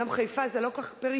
אומנם חיפה זה לא כל כך פריפריה,